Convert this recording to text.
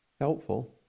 helpful